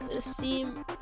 seem